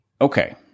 Okay